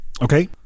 Okay